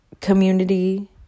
community